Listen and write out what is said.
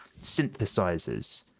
synthesizers